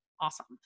awesome